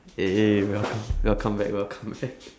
hey hey welco~ welcome back welcome back